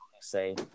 say –